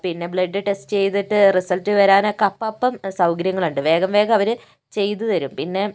പിന്നെ blood test ചെയ്തിട്ട് result വരാനൊക്കെ അപ്പപ്പം സൗകര്യങ്ങളുണ്ട് വേഗം വേഗം അവര് ചെയ്തു തരും പിന്നെ